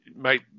mate